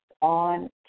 on